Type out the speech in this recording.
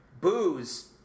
Booze